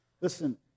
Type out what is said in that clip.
Listen